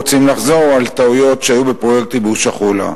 לא רוצים לחזור על טעויות שהיו בפרויקט ייבוש החולה,